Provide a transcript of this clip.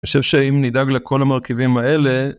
אני חושב שאם נדאג לכל המרכיבים האלה...